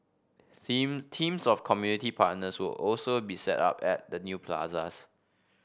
seem teams of community partners will also be set up at the new plazas